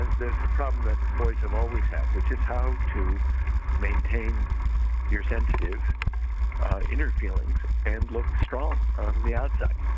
ah there is a problem that boys have always had, which is how to maintain your sensitive inner feelings and look strong on the outside